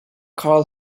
karl